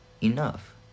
enough